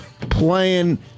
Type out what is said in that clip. playing